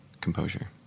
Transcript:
composure